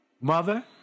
mother